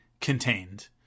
contained